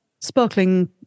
sparkling